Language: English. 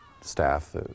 staff